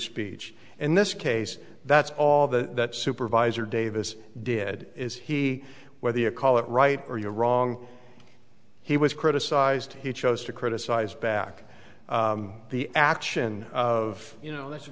speech in this case that's all the supervisor davis did is he where the a call it right or you're wrong he was criticized he chose to criticize back the action of you know that's a